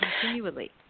continually